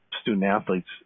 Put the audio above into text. student-athletes